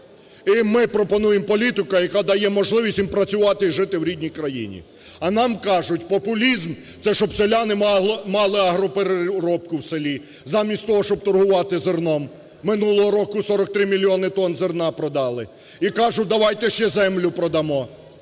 І ми пропонуємо політику, яка дає можливість їм працювати і жити в рідній країні. А нам кажуть, популізм – це, щоб селяни мали агропереробку в селі замість того, щоб торгувати зерном. Минулого року 43 мільйони тонн зерна продали і кажуть, давайте ще землю продамо,